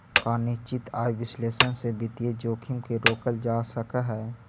का निश्चित आय विश्लेषण से वित्तीय जोखिम के रोकल जा सकऽ हइ?